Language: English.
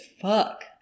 fuck